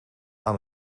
aan